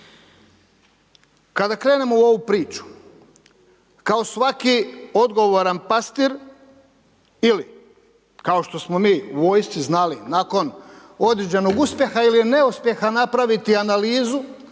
Kada krenemo u ovu priču, kao svaki odgovaran pastir, ili kao što smo mi u vojsci znali nakon određenog uspjeha ili neuspjeha napraviti analizu